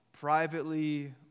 privately